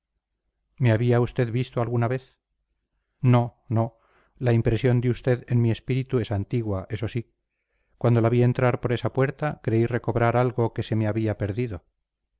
me había usted visto alguna vez no no la impresión de usted en mi espíritu es antigua eso sí cuando la vi entrar por esa puerta creí recobrar algo que se me había perdido